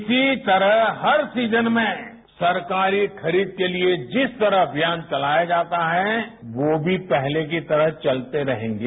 इसी तरह हर सीजन में सरकारी खरीद के लिए जिस तरह अभियान चलाया जाता है वो भी पहले की तरह चलते रहेंगे